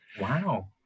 Wow